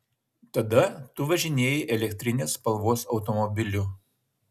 tada tu važinėjai elektrinės spalvos automobiliu